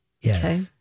Yes